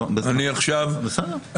בסדר.